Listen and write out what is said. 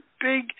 big –